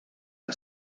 que